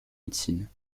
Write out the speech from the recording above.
médecine